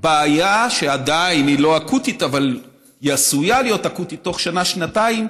בעיה שעדיין היא לא אקוטית אבל היא עשויה להיות אקוטית בתוך שנה-שנתיים,